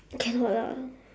cannot lah